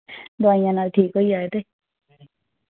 दोआइयें नाल ठीक होई जाये ते